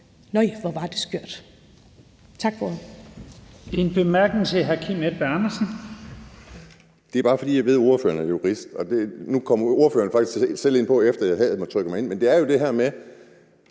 Nøj, hvor var det skørt. Tak for